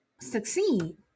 succeed